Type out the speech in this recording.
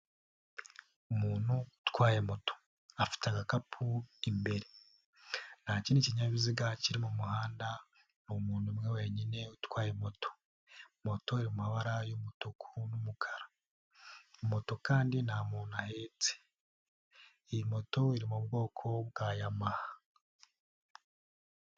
Umuntu utwaye moto afite agakapu imbere, nta kindi kinyabiziga kiri mu muhanda ni umuntu umwe wenyine utwaye moto, moto iri mu mabara y'umutuku n'umukara, moto kandi nta muntu ahetse, iyi moto iri mu bwoko bwa Yamaha.